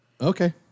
Okay